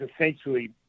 essentially